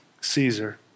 Caesar